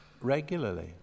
regularly